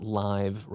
live